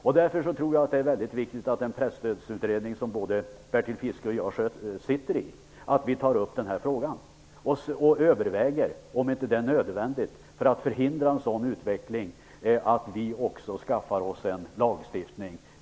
Det är därför viktigt att den presstödsutredning som både Bertil Fiskesjö och jag sitter i tar upp denna fråga och överväger om det inte är nödvändigt för oss att åstadkomma en lagstiftning som förhindrar en sådan utveckling.